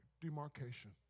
demarcation